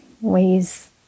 ways